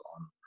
on